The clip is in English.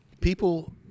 people